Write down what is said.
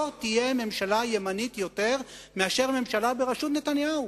לא תהיה ממשלה ימנית יותר מממשלה בראשות נתניהו.